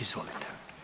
Izvolite.